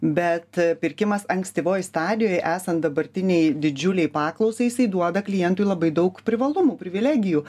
bet pirkimas ankstyvoj stadijoj esant dabartinei didžiulei paklausai jisai duoda klientui labai daug privalumų privilegijų